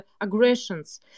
aggressions